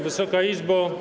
Wysoka Izbo!